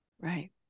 Right